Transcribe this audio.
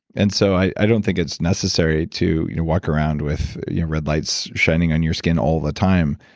and so i don't think it's necessary to you know walk around with red lights shining on your skin all the time.